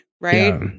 right